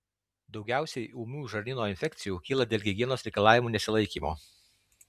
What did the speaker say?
daugiausiai ūmių žarnyno infekcijų kyla dėl higienos reikalavimų nesilaikymo